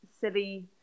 silly